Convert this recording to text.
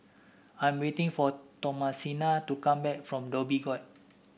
I'm waiting for Thomasina to come back from Dhoby Ghaut